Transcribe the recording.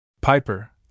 Piper